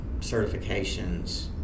certifications